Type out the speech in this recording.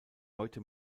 heute